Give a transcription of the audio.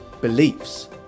beliefs